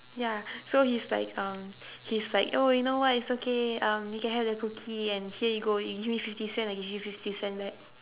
ya so he's like um he's like oh you know what it's okay um you can have the cookie and here you go you give me fifty cent I give you fifty cent back